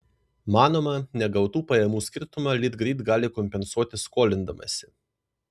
manoma negautų pajamų skirtumą litgrid gali kompensuoti skolindamasi